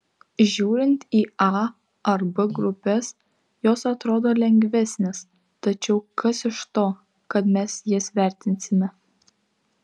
žiūrint į a ar b grupes jos atrodo lengvesnės tačiau kas iš to kad mes jas vertinsime